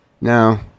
No